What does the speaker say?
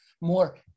more